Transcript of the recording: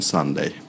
Sunday